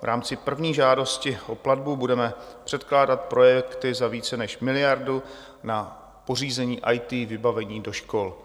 V rámci první žádosti o platbu budeme předkládat projekty za více než miliardu na pořízení IT vybavení do škol.